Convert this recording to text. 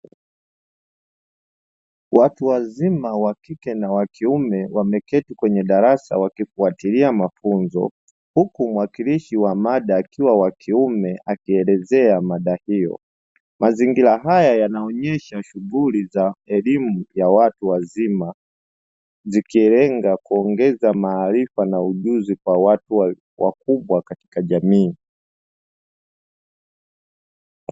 Watu wazima wakike na wakiume wameketi kwenye darasa wakifuatilia mafunzo huku mwakilishi wa mada akiwa wakiume akielezea mada hiyo. Mazingira haya yanaelezea shughuli za elimu ya watu wazima, zikilenga kuongeza maarifa na ujuzi kwa watu wakubwa katika jamii.